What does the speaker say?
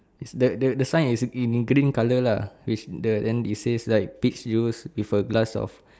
is the the the sign is in green colour lah which the then it says like peach juice with a glass of